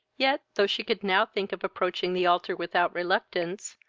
yet, though she could now think of approaching the altar without reluctance,